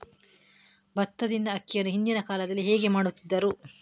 ಭತ್ತದಿಂದ ಅಕ್ಕಿಯನ್ನು ಹಿಂದಿನ ಕಾಲದಲ್ಲಿ ಹೇಗೆ ಮಾಡುತಿದ್ದರು?